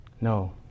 No